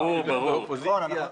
רון,